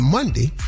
Monday